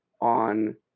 on